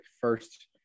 first